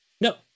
No